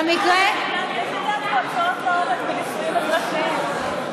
מוצאות להורג בנישואים אזרחיים.